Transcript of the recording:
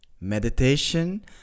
Meditation